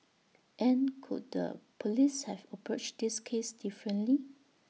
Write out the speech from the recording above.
and could the Police have approached this case differently